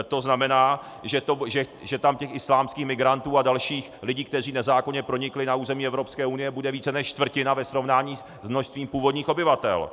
To znamená, že tam těch islámských migrantů a dalších lidí, kteří nezákonně pronikli na území Evropské unie, bude více než čtvrtina ve srovnání s množstvím původních obyvatel.